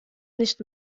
nicht